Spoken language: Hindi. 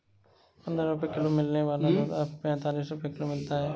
पंद्रह रुपए किलो मिलने वाला दूध अब पैंतालीस रुपए किलो मिलता है